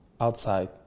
outside